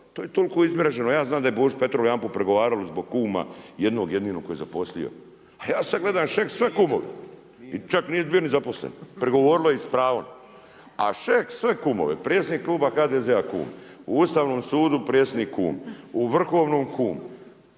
to je toliko izmreženo. Ja znam da su Boži Petrovu jedanput prigovarali zbog kuma jednog jedinog kojeg je zaposlio, čak nije bio ni zaposlen, prigovorilo i s pravom. A Šeks sve kumove, predsjednik kluba HDZ-a kum, u Ustavnom sudu predsjednik kum, u Vrhovnom kum,